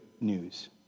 news